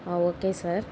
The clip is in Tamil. ah okay sir